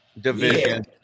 division